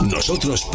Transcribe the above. Nosotros